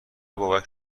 بابک